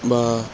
বা